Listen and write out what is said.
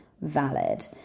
valid